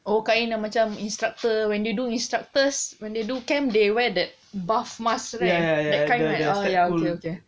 oh the kain yang macam instructor when they do instructors when they do camp they wear that buff mask right that kind that oh ya okay okay